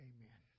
Amen